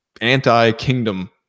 anti-kingdom